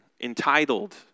entitled